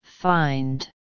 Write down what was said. find